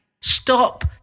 stop